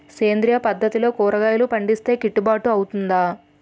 సేంద్రీయ పద్దతిలో కూరగాయలు పండిస్తే కిట్టుబాటు అవుతుందా?